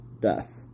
death